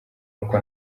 uko